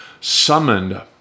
summoned